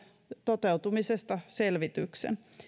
toteutumisesta selvityksen